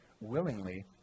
willingly